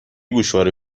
گوشواره